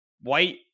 white